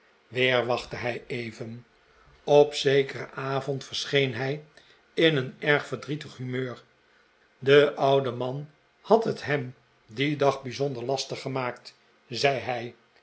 weer wachtte hij even op zekeren avond verscheen hij in een erg verdrietig humeur de oude man had het hem dien dag bijzonder lastig gemaakt zei hij